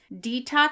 Detox